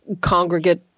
congregate